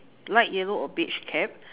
light yellow or beige cap